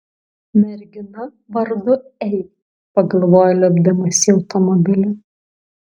mergina vardu ei pagalvojo lipdamas į automobilį